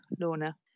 Lorna